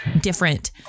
different